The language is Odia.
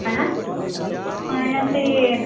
କାଣା ହଁ ନା ସିଏ